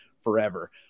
forever